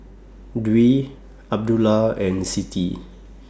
Dwi Abdullah and Siti